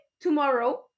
tomorrow